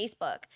facebook